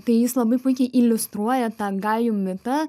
tai jis labai puikiai iliustruoja tą gajų mitą